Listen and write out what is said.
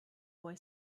boy